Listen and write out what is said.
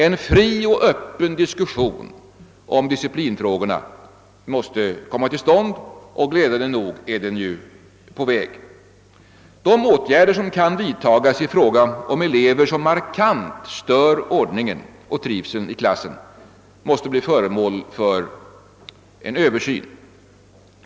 En fri och öppen diskussion om disciplinfrågorna måste komma till stånd, och glädjande nog är den nu på väg. De åtgärder som kan vidtagas i fråga om elever som markant stör ordning och trivsel i klassen måste bli föremål för en översyn.